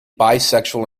bisexual